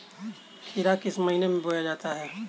खीरा किस महीने में बोया जाता है?